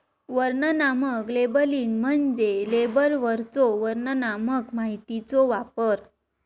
वर्णनात्मक लेबलिंग म्हणजे लेबलवरलो वर्णनात्मक माहितीचो वापर